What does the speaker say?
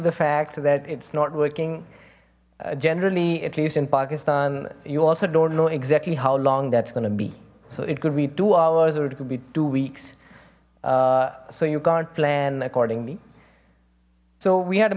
the fact that it's not working generally at least in pakistan you also don't know exactly how long that's going to be so it could be two hours or it could be two weeks so you can't plan accordingly so we had